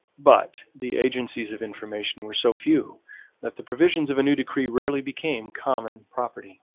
but the agencies of information were so few that the provisions of a new decree rarely became common property.